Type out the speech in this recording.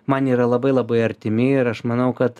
man yra labai labai artimi ir aš manau kad